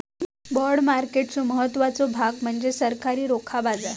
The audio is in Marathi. बाँड मार्केटचो महत्त्वाचो भाग म्हणजे सरकारी रोखा बाजार